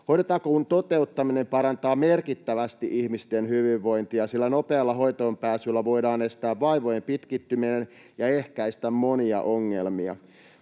Hoitotakuun toteuttaminen parantaa merkittävästi ihmisten hyvinvointia, sillä nopealla hoitoonpääsyllä voidaan estää vaivojen pitkittyminen ja ehkäistä monia ongelmia.